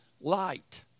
light